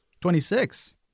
Twenty-six